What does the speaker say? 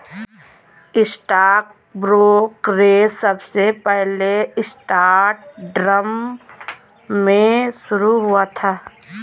stock brokerage सबसे पहले Amsterdam में शुरू हुआ था